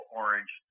orange